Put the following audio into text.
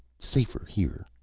safer here.